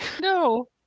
no